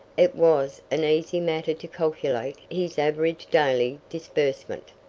it was an easy matter to calculate his average daily disbursement.